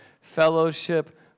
fellowship